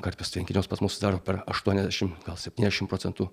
karpis tvenkiniuos pas mus sudaro per aštuoniasdešim gal septyniasdešim procentų